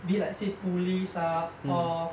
be it like say police lah or